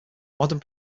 modern